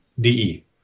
de